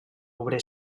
obrer